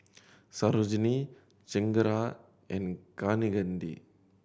Sarojini Chengara and Kaneganti